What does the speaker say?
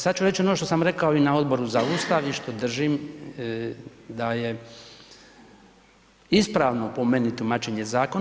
Sada ću reći ono što sam rekao i na Odboru za Ustav i što držim da je ispravno po meni tumačenje zakona.